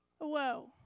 whoa